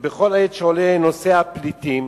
ובכל עת שעולה נושא הפליטים